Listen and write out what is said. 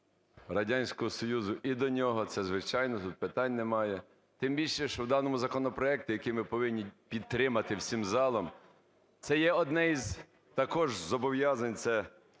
Радянського Союзу, і до нього, це, звичайно, тут питань нема. Тим більше, що у даному законопроекті, який ми повинні підтримати всім залом, це є одне із також зобов'язань, це